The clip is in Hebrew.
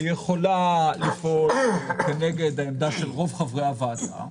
יכולה לפעול כנגד עמדת רוב חברי הועדה.